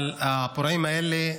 אבל הפורעים האלה,